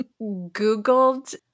googled